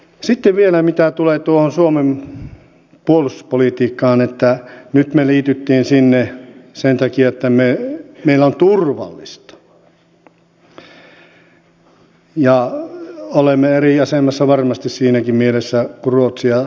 sitten vielä mitä tulee tuohon suomen puolustuspolitiikkaan että nyt me liityimme sinne sen takia että meillä on turvallista ja olemme varmasti siinäkin mielessä eri asemassa kuin ruotsi ja tanska ja nämä